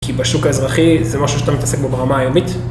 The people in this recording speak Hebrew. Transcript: כי בשוק האזרחי זה משהו שאתה מתעסק בו ברמה היומית.